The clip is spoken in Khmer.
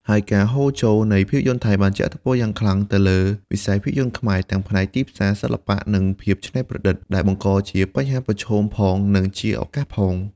ហើយការហូរចូលនៃភាពយន្តថៃបានជះឥទ្ធិពលយ៉ាងខ្លាំងទៅលើវិស័យភាពយន្តខ្មែរ ទាំងផ្នែកទីផ្សារ សិល្បៈ និងភាពច្នៃប្រឌិត ដែលបង្កជាបញ្ហាប្រឈមផង និងជាឱកាសផង។